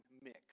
Mix